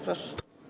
Proszę.